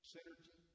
Synergy